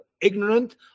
ignorant